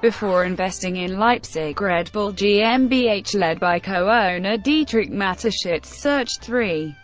before investing in leipzig, red bull gmbh, led by co-owner dietrich mateschitz, searched three